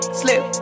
slip